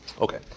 Okay